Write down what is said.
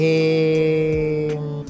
Game